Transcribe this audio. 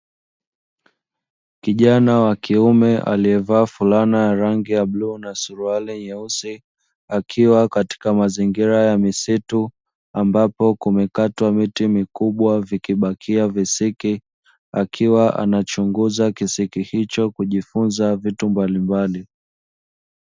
Kijana wa kiume aliyevaa fulana ya rangi ya bluu na suruali nyeusi akiwa katika mazingira ya misitu, ambapo kumekatwa miti mikubwa vikibakia visiki akiwa anachunguza kisiki hicho kujifunza vitu mbalimbali.